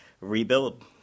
rebuild